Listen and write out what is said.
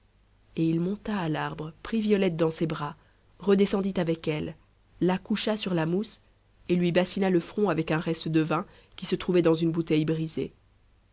et il monta à l'arbre prit violette dans ses bras redescendit avec elle la coucha sur la mousse et lui bassina le front avec un reste de vin qui se trouvait dans une bouteille brisée